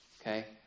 Okay